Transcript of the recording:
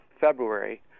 February